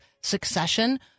succession